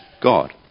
God